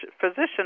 physician